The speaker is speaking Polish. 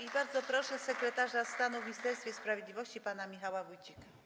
I bardzo proszę sekretarza stanu w Ministerstwie Sprawiedliwości pana Michała Wójcika.